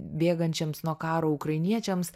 bėgančiems nuo karo ukrainiečiams